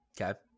Okay